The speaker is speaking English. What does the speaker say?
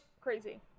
crazy